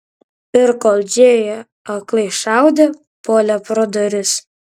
ir kol džėja aklai šaudė puolė pro duris